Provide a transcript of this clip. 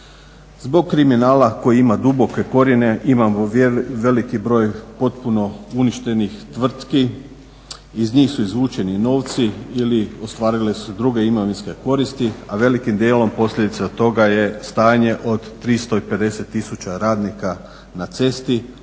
Zbog kriminala koji ima duboke korijene imamo veliki broj potpuno uništenih tvrtki. Iz njih su izvučeni novci ili ostvarile su se druge imovinske koristi, a velikim dijelom posljedica toga je stanje od 350 tisuća radnika na cesti,